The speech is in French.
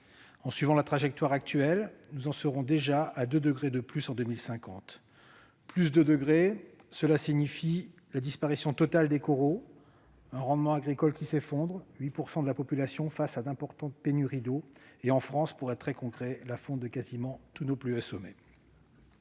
en suivant la trajectoire actuelle, nous en serons déjà à 2 degrés de plus en 2050, ce qui signifie la disparition totale des coraux, un rendement agricole qui s'effondre, 8 % de la population face à d'importantes pénuries d'eau et, pour être très concret, la fonte de presque tous les plus hauts sommets